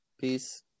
Peace